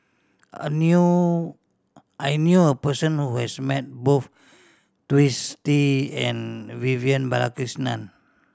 I knew I knew a person who has met both Twisstii and Vivian Balakrishnan